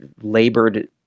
labored